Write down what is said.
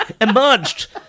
emerged